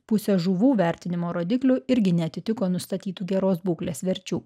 pusė žuvų vertinimo rodiklių irgi neatitiko nustatytų geros būklės verčių